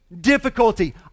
Difficulty